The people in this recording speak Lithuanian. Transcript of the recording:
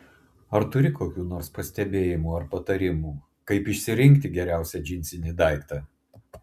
ar turi kokių nors pastebėjimų ar patarimų kaip išsirinkti geriausią džinsinį daiktą